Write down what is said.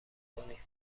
کنی